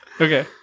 okay